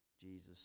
Jesus